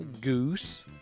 goose